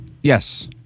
Yes